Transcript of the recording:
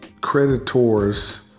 creditors